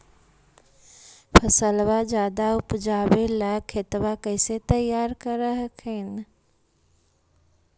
फसलबा ज्यादा उपजाबे ला खेतबा कैसे तैयार कर हखिन?